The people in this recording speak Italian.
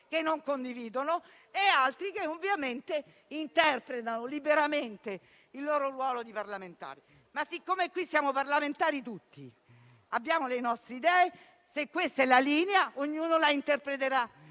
che non condividono e altri che interpretano liberamente il loro ruolo di parlamentari. Siccome però qui siamo tutti parlamentari e abbiamo le nostre idee, se questa è la linea, ognuno la interpreterà